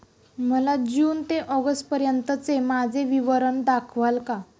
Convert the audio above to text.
मला जून ते ऑगस्टपर्यंतचे माझे खाते विवरण दाखवाल का?